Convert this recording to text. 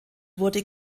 wurde